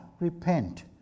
repent